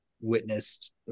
witnessed